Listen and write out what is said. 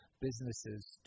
businesses